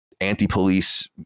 anti-police